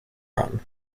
run